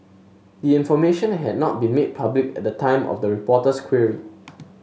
the information had not been made public at the time of the reporter's query